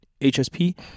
HSP